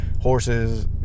horses